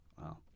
Wow